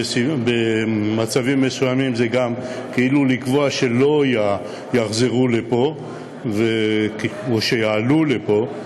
ובמצבים מסוימים זה גם כאילו לקבוע שלא יחזרו לפה או יעלו לפה.